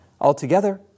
Altogether